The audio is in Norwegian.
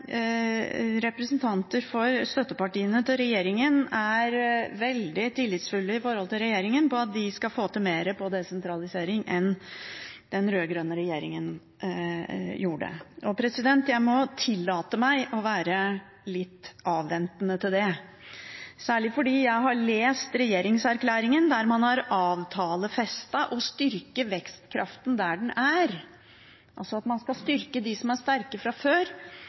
representanter for støttepartiene til regjeringen er veldig tillitsfulle til regjeringen for at de skal få til mer på desentralisering enn den rød-grønne regjeringen gjorde. Jeg må tillate meg å være litt avventende til det. Særlig fordi jeg har lest regjeringserklæringen, der man har avtalefestet å styrke vekstkraften der den er, altså at man skal styrke de som er sterke fra før.